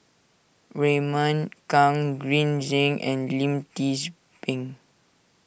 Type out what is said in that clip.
Raymond Kang Green Zeng and Lim Tze Peng